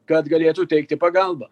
kad galėtų teikti pagalbą